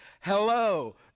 hello